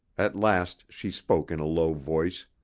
at last she spoke in a low voice.